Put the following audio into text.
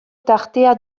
tartea